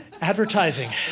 ADVERTISING